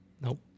nope